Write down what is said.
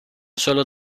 sólo